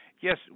Yes